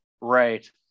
Right